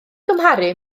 gymharu